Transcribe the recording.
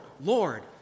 Lord